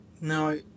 no